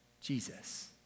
Jesus